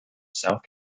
south